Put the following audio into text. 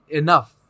enough